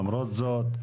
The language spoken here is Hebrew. למרות זאת,